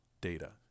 data